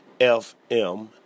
FM